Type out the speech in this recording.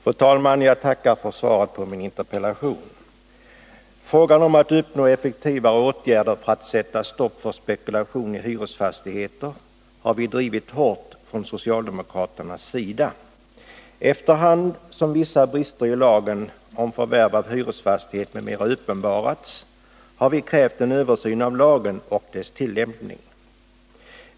Fru talman! Jag tackar för svaret på min interpellation. Frågan om att få till stånd effektivare åtgärder för att sätta stopp på spekulation i hyresfastigheter har vi från socialdemokraternas sida drivit hårt. Efter hand som vissa brister i lagen om förvärv av hyresfastighet m.m. uppenbarats har vi krävt en översyn av lagen och dess tillämpning.